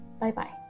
Bye-bye